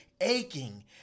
aching